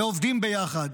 עובדים ביחד,